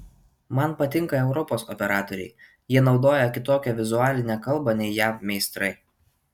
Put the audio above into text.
man patinka europos operatoriai jie naudoja kitokią vizualinę kalbą nei jav meistrai